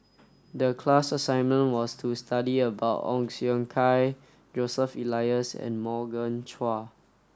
the class assignment was to study about Ong Siong Kai Joseph Elias and Morgan Chua